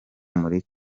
muri